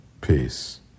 Peace